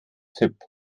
tipp